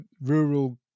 rural